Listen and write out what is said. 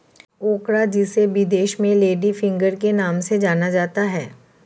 ओकरा जिसे विदेश में लेडी फिंगर के नाम से जाना जाता है